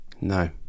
No